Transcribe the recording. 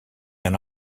and